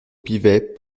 pivet